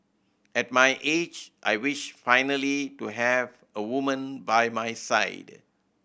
at my age I wish finally to have a woman by my side